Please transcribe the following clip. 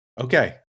Okay